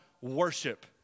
worship